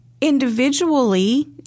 individually